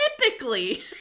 typically